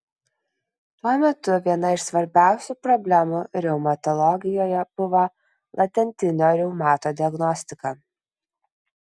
tuo metu viena iš svarbiausių problemų reumatologijoje buvo latentinio reumato diagnostika